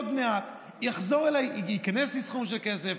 עוד מעט ייכנס לי סכום כסף,